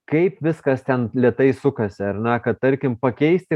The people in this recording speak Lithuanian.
kaip viskas ten lėtai sukasi ar ne kad tarkim pakeisti